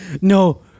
No